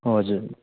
हजुर